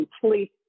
complete